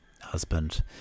husband